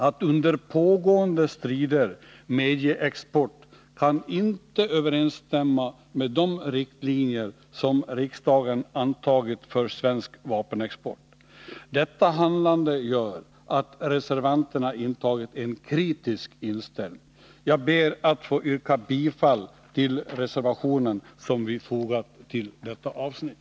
Att under pågående strider medge export kan inte överensstämma med de riktlinjer som riksdagen antagit för svensk vapenexport. Detta handlande gör att reservanterna intagit en kritisk hållning. Jag ber att få yrka bifall till den reservation som vi fogat till detta avsnitt.